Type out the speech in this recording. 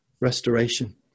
restoration